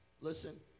Listen